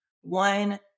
one